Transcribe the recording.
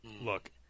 Look